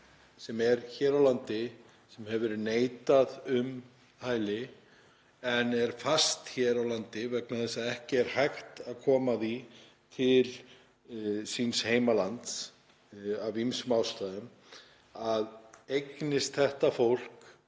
sem er hér á landi, sem hefur verið neitað um hæli en er fastur hér á landi vegna þess að ekki er hægt að koma honum til síns heimalands af ýmsum ástæðum; að eignist þetta fólk